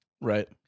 Right